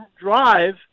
drive